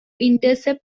intercept